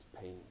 pains